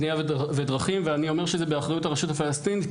בנייה ודרכים ואני אומר שזה באחריות הרשות הפלסטינית,